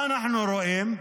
מה אנחנו רואים?